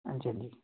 ਹਾਂਜੀ ਹਾਂਜੀ